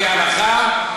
לפי ההלכה,